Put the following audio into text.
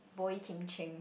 Boey-Kim-Cheng